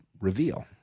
reveal